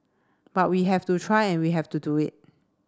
but we have to try and we have to do it